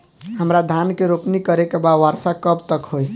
हमरा धान के रोपनी करे के बा वर्षा कब तक होई?